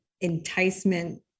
enticement